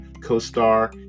co-star